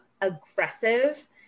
aggressive